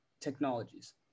technologies